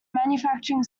manufacturing